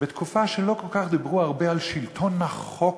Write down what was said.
בתקופה שלא דיברו הרבה כל כך על שלטון החוק,